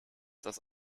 das